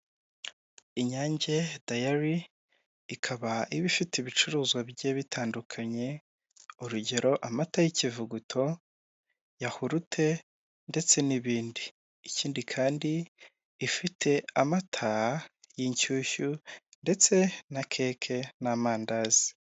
Inyange ddayari, ikaba iba ifite ibicuruzwa bigiye bitandukanye urugero amata y'ikivuguto, yahurute ndetse n'ibindi, ikindi kandi ifite amata y'inshyushyu ndetse na keke n'amandazi.